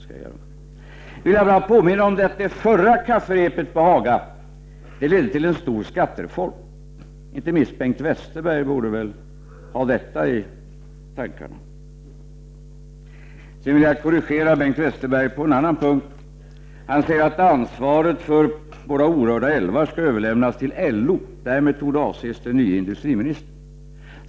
Jag vill påminna om att det förra kafferepet på Haga ledde till en stor skattereform. Inte minst Bengt Westerberg borde ha detta i tankarna. Jag vill korrigera Bengt Westerberg på en annan punkt. Bengt Westerberg säger att ansvaret för våra orörda älvar skall överlämnas till LO. Därmed torde avses den nye industriministern.